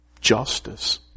justice